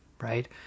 Right